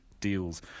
deals